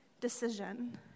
decision